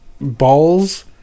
balls